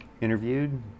interviewed